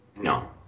No